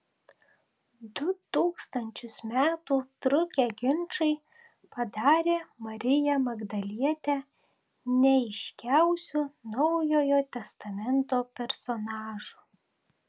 du tūkstančius metų trukę ginčai padarė mariją magdalietę neaiškiausiu naujojo testamento personažu